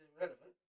irrelevant